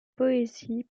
poésie